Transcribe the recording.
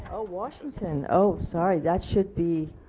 oh washington. oh sorry that should be.